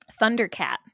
Thundercat